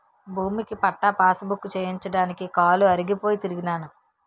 భూమిక పట్టా పాసుబుక్కు చేయించడానికి కాలు అరిగిపోయి తిరిగినాను